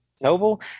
noble